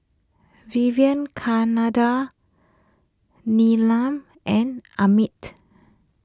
Vivekananda Neelam and Amit